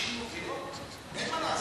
הנשים מובילות, אין מה לעשות.